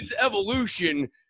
evolution